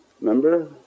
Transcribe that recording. Remember